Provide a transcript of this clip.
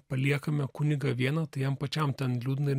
paliekame kunigą vieną tai jam pačiam ten liūdna ir